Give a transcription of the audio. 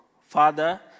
father